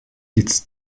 sitz